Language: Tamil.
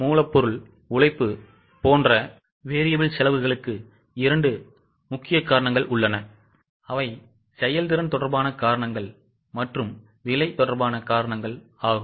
மூலப்பொருள் உழைப்பு போன்ற variable செலவுக்கு 2 முக்கிய காரணங்கள் உள்ளனசெயல்திறன் தொடர்பான மற்றும் விலை தொடர்பான காரணங்கள் உள்ளன